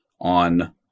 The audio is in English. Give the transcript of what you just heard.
on